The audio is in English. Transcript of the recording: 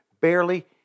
Barely